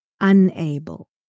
unable